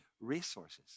resources